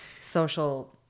social